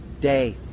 day